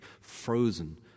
frozen